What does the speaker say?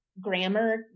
grammar